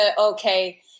okay